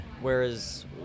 whereas